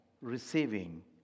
receiving